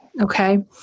Okay